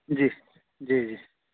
جی جی جی